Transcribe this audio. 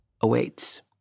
awaits